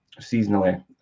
seasonally